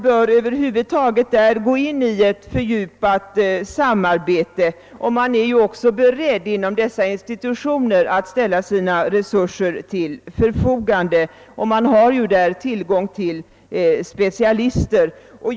Dessa institutioner är också beredda att ställa sina resurser till förfogande, och de har tillgång till specialister.